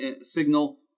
signal